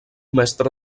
mestre